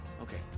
Okay